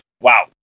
Wow